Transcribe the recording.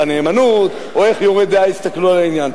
הנאמנות או איך ביורה דעה הסתכלו על העניין.